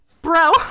bro